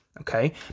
okay